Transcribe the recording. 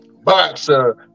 boxer